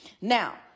Now